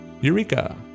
Eureka